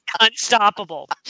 Unstoppable